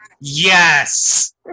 yes